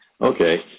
Okay